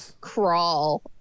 crawl